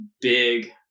big